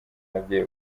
y’ababyeyi